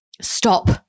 stop